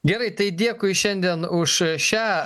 gerai tai dėkui šiandien už šią